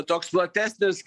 toks platesnis